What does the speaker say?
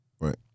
Right